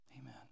Amen